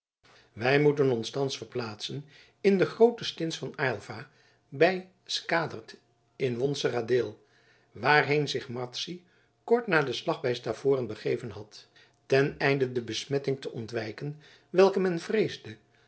wij moeten ons thans verplaatsen in de groote stins van aylva bij scadaert in wonseradeel waarheen zich madzy kort na den slag bij stavoren begeven had ten einde de besmetting te ontwijken welke men vreesde